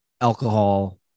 alcohol